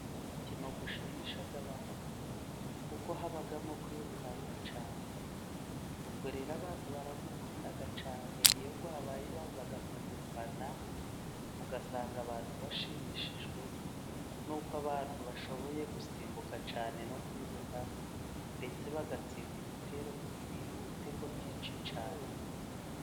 Uyu umukino ushimisha abantu kuko habamo kwirukanka cyane, ubwo rero abantu barawukunda cyane, iyo wabaye baza kuwufana ugasanga abantu bashimishijwe n'uko abantu bashoboye gusimbuka cyane no kwiruka ndetse bagatsinda ibitero, ibitego byinshi cyane.